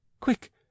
quick